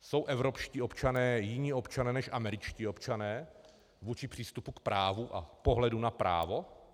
Jsou evropští občané jiní občané než američtí občané v přístupu k právu a v pohledu na právo?